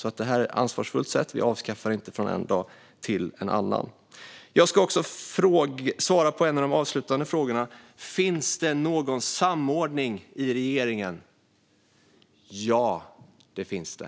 Det sker alltså på ett ansvarsfullt sätt, och vi avskaffar det inte från en dag till en annan. Jag ska också svara på en av de avslutande frågorna. Finns det någon samordning i regeringen? Ja, det finns det.